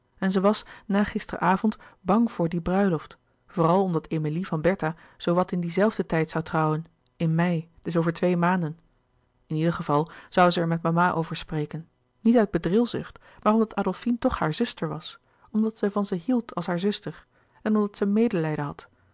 en zij was na gisteren avond bang voor die bruiloft vooral omdat emilie van bertha zoo wat in dien zelfden tijd zoû trouwen in mei dus over twee maanden in ieder geval zoû zij er met mama over spreken niet uit bedrilzucht maar omdat adolfine toch hare zuster was omdat zij van ze hield als haar zuster en omdat ze medelijden had